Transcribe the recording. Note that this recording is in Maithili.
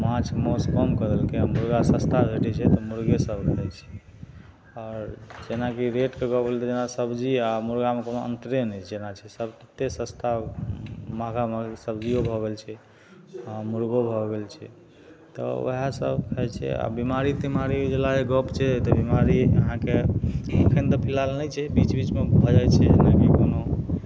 माछ माउस कम कऽ देलकइ आओर मुर्गा सस्ता भेटय छै तऽ मुर्गे सब रहय छै आओर जेनाकि रेटके गप भेल तऽ जेना सब्जी आओर मुर्गामे कोनो अन्तरे नहि छै जेना छै सभ तते सस्ता महगा महग सब्जियो भऽ गेल छै आओर मुर्गो भऽ गेल छै तऽ वएह सभ खाइ छै आओर बीमारी तीमारी जे लागयके गप छै तऽ बीमारी अहाँके एखन तऽ फिलहाल नहि छै बीच बीचमे भऽ जाइ छै जेनाकि कोनो